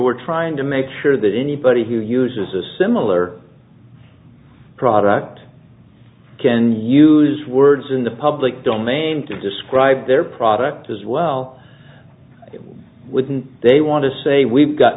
we're trying to make sure that anybody who uses a similar product can use words in the public domain to describe their product as well wouldn't they want to say we've got